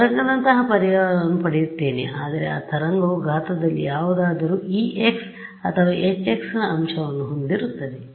ಆದ್ದರಿಂದತರಂಗದಂತಹ ಪರಿಹಾರವನ್ನು ಪಡೆಯುತ್ತೇನೆ ಆದರೆ ಆ ತರಂಗವು ಘಾತದಲ್ಲಿ ಯಾವುದಾದರೂ ex ಅಥವಾ hxನ ಅಂಶವನ್ನು ಹೊಂದಿರುತ್ತದೆ